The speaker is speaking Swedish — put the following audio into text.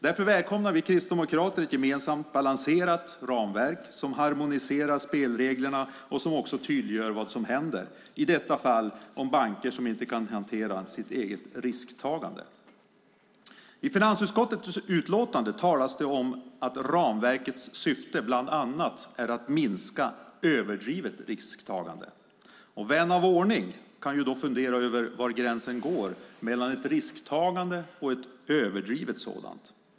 Därför välkomnar vi kristdemokrater ett gemensamt balanserat ramverk som harmoniserar spelreglerna och som också tydliggör vad som händer, i detta fall de banker som inte kan hantera sitt eget risktagande. I finansutskottets utlåtande talas det om att ramverkets syfte bland annat är att minska ett "överdrivet risktagande". Vän av ordning kan ju fundera över var gränsen går mellan ett risktagande och ett överdrivet sådant.